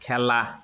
খেলা